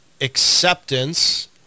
acceptance